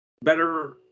better